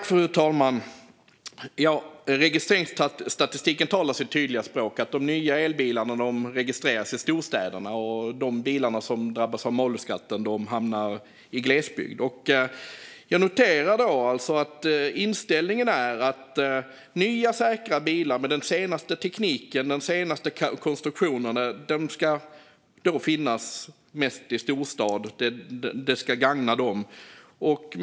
Fru talman! Registreringsstatistiken talar sitt tydliga språk: De nya elbilarna registreras i storstäderna, och de bilar som drabbas av malusskatten hamnar i glesbygd. Jag noterar att inställningen alltså är att nya, säkra bilar med den senaste tekniken och de senaste konstruktionerna mest ska finnas i storstad. Det ska gagna dem som bor där.